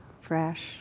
fresh